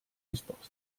risposta